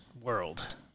world